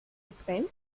getrennt